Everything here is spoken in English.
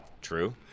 True